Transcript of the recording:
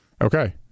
Okay